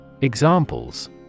Examples